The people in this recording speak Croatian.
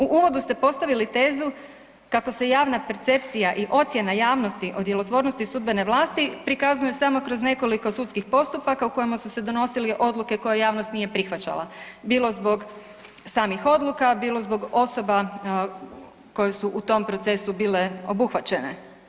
U uvodu ste postavili tezu kako se javna percepcija i ocjena javnosti o djelotvornosti sudbene vlasti prikazana je samo kroz nekoliko sudskih postupaka u kojima su se donosile odluke koje javnost nije prihvaćala, bilo zbog samih odluka, bilo zbog osoba koje su u tom procesu bile obuhvaćene.